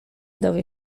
dowie